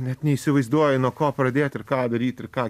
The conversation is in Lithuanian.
net neįsivaizduoji nuo ko pradėt ir ką daryt ir ką